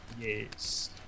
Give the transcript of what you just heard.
Yes